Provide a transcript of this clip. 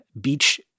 beach